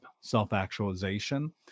self-actualization